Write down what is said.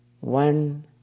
one